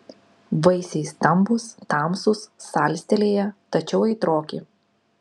vaisiai stambūs tamsūs salstelėję tačiau aitroki